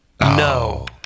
No